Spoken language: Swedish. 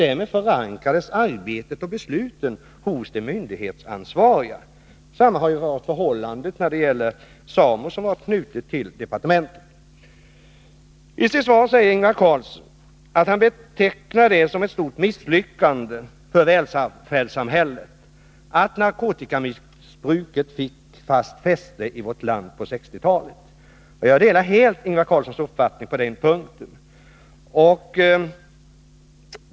Därmed förankrades arbetet och besluten hos de myndighetsansvariga. Förhållandet har varit detsamma när det gäller SAMO, som varit knuten till departementet. I sitt svar säger Ingvar Carlsson att han betecknar det som ett stort misslyckande för välfärdssamhället att narkotikamissbruket fick riktigt fäste i vårt land på 1960-talet. Jag delar helt Ingvar Carlssons uppfattning på den punkten.